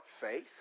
Faith